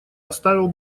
оставил